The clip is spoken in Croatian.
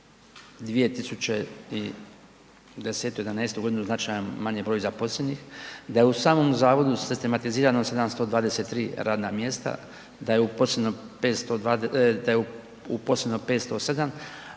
2011. godinu značajan manji broj zaposlenih, da je u samom zavodu sistematizirano 723 radna mjesta, da je uposleno 507